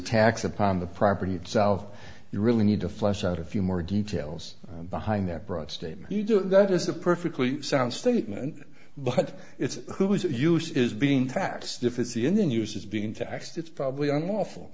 tax upon the property itself you really need to flesh out a few more details behind that broad statement you do that is a perfectly sound statement but its who is it use is being taxed if it's the in the news is being taxed it's probably unlawful